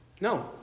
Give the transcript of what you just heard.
No